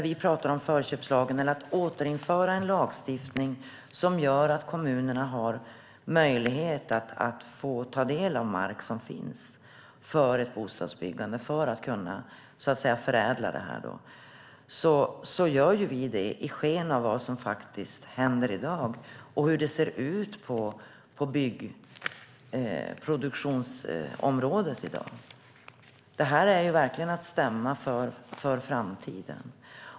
Vi pratar om att återinföra en lagstiftning som gör att kommunerna har möjlighet att ta del av mark för bostadsbyggande och för att förädla marken. Vi gör det i skenet av vad som händer i dag och av hur det ser ut på byggproduktionsområdet. Det här är verkligen att stämma för framtiden.